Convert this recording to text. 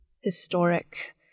historic